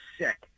sick